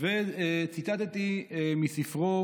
וציטטתי מספרו